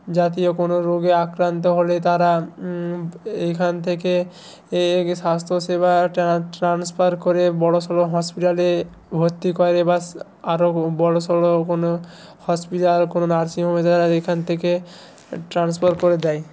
জাতীয় কোনও রোগে আক্রান্ত হলে তারা এখান থেকে এ স্বাস্থ্যসেবার ট্রান্সফার করে বড় সড় হসপিটালে ভর্তি করে ব্যাস আরও বড় সড় কোনও হসপিটাল কোনও নার্সিংহোমে তারা এখান থেকে ট্রান্সফার করে দেয়